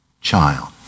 child